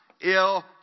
ill